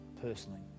personally